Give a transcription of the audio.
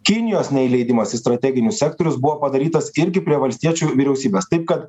kinijos neįleidimas į strateginius sektorius buvo padarytas irgi prie valstiečių vyriausybės taip kad